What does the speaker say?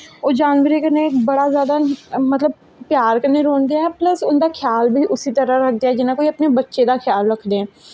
ओह् जानवरें कन्नैं बड़ा जादा मतलव प्यार कन्नैं रौंह्दे ऐं प्लस उंदा ख्याल बी उसी तरांह् रखदे ऐं जियां कोई अपनें बच्चें दा रखदा ऐ